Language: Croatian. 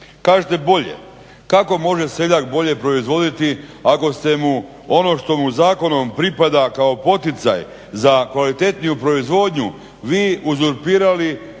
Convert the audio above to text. Kažete bolje. Kako može seljak bolje proizvoditi ako ste mu ono što mu zakonom pripada kao poticaj za kvalitetniju proizvodnju vi uzurpirali